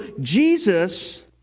Jesus